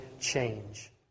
change